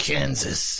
Kansas